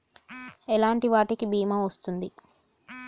ఎలాంటి వాటికి బీమా వస్తుంది?